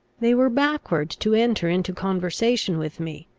they were backward to enter into conversation with me,